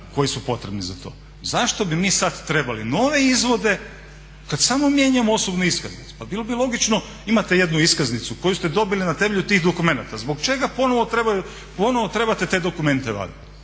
koji su potrebni za to. Zašto bi mi sad trebali nove izvode kad samo mijenjamo osobnu iskaznicu? Pa bilo bi logično, imate jednu iskaznicu koju ste dobili na temelju tih dokumenata. Zbog čega ponovo trebate te dokumente vaditi?